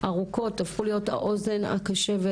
הפכו להיות האוזן הקשבת,